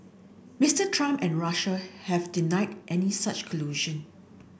Mister Trump and Russia have denied any such collusion